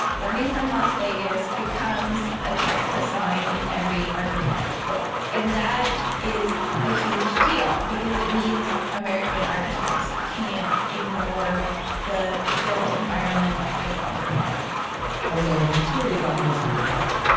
learning from las vegas becomes a text assigned in every architecture school and that is a huge deal because it means american architects can't ignore the built environment that's all around them although venturi got most of the credit,